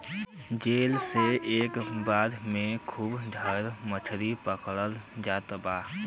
जाल से एक बेर में खूब ढेर मछरी पकड़ल जात बा